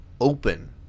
open